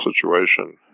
situation